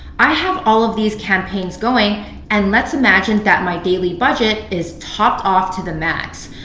i have all of these campaigns going and let's imagine that my daily budget is topped off to the max.